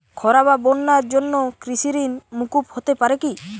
খরা বা বন্যার জন্য কৃষিঋণ মূকুপ হতে পারে কি?